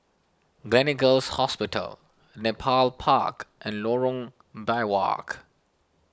Gleneagles Hospital Nepal Park and Lorong Biawak